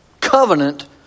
Covenant